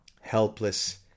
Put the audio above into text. helpless